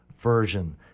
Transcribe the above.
version